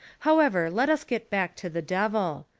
however, let us get back to the devil.